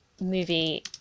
movie